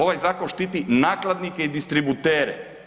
Ovaj zakon štiti nakladnike i distributere.